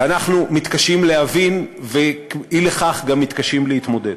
ואנחנו מתקשים להבין ואי לכך גם מתקשים להתמודד.